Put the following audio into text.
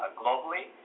globally